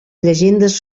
llegendes